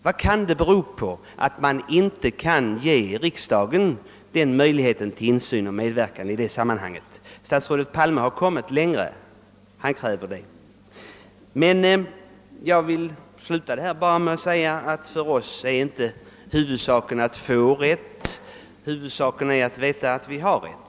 Vad kan det bero på att man inte kan ge riksdagen en sådan möjlighet till insyn och medverkan? Statsrådet Palme har kommit längre, ty han kräver detta. Jag vill avsluta denna debatt med att säga att huvudsaken för oss inte är att få rätt utan att veta att vi har rätt.